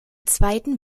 zweiten